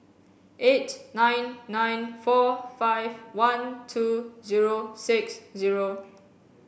eight nine nine four five one two zero six zero